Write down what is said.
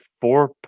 four